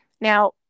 Now